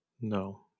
No